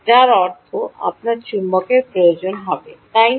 যার অর্থ আপনার চুম্বকের প্রয়োজন হবে তাই না